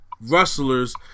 wrestlers